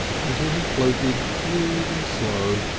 until he floated, smooth and slow,